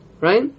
right